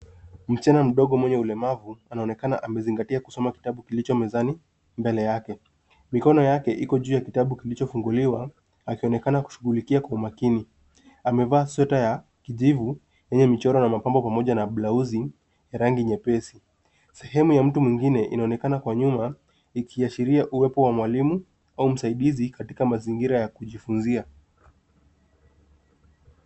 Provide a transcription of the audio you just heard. Msichana mdogo mwenye ulemavu anaonekana amezingatia kusoma kitabu kilicho mezani mbele yake. Mikono yake iko juu ya kitabu kilichofunguliwa akionekana kushughulikia kwa makini. Amevaa sweta ya kijivu yenye michoro na mapambo pamoja na blauzi ya rangi nyepesi. Sehemu mtu mwingine inaonekana kwa nyuma ikiashiria uwepo wa mwalimu au msaidizi katika mazingira ya kujifunzia.